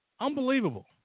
Unbelievable